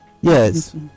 yes